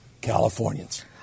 Californians